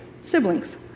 siblings